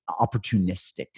opportunistic